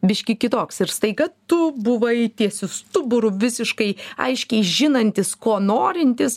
biškį kitoks ir staiga tu buvai tiesiu stuburu visiškai aiškiai žinantis ko norintis